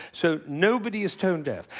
so nobody is tone-deaf.